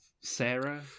sarah